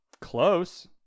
close